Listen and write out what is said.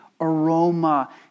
aroma